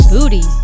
Booty